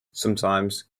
sometimes